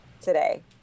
today